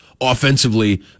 offensively